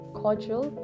cordial